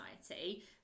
society